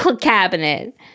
cabinet